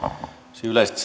puhemies yleisesti